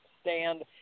stand